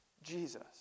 Jesus